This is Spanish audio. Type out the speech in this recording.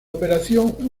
operación